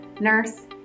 nurse